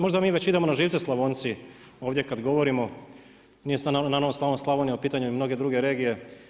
Možda mi već idemo na živce Slavonci ovdje kada govorimo nije naravno samo Slavonija u pitanju i mnoge druge regije.